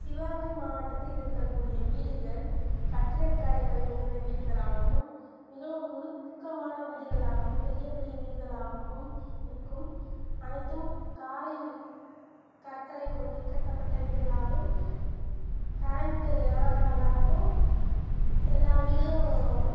சிவகங்கை மாவட்டத்தில் இருக்கக்கூடிய வீடுகள் கட்டிடக்கலைகள் மிகுந்த வீடுகளாகவும் மிகவும் நுணுக்கமான வீடுகளாகவும் பெரிய பெரிய வீடுகளாகவும் இருக்கும் அனைத்தும் காரை கற்களை கொண்டு கட்டப்பட்ட வீடுகளாகும் கரண்ட்டெல்லாம் நல்லாயிருக்கும் எல்லா வீட்டையும்